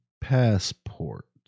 passport